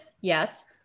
yes